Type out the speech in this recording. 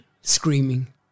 Screaming